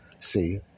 See